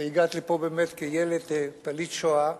והגעתי לפה באמת כילד פליט שואה.